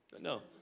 No